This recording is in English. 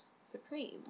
Supreme